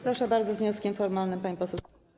Proszę bardzo, z wnioskiem formalnym, pani poseł.